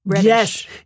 Yes